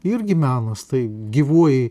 irgi menas tai gyvuoji